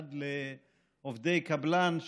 עד עובדי קבלן,